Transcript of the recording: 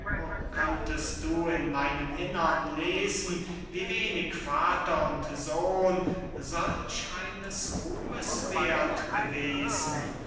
könntest du in meinem innern lesen wie wenig vater und sohn solch eines ruhmes werth gewesen